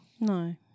No